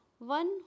One